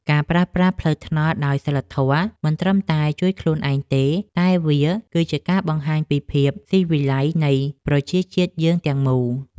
ការប្រើប្រាស់ផ្លូវថ្នល់ដោយសីលធម៌មិនត្រឹមតែជួយខ្លួនឯងទេតែវាគឺជាការបង្ហាញពីភាពស៊ីវិល័យនៃប្រជាជាតិយើងទាំងមូល។